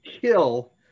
kill